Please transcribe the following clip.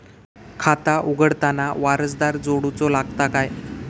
खाता उघडताना वारसदार जोडूचो लागता काय?